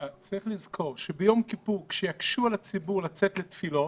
צריך לזכור שביום כיפור כשיקשו על הציבור לצאת לתפילות